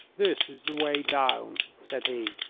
this is the way down, said he,